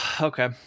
Okay